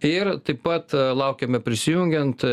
ir taip pat laukiame prisijungiant